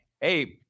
hey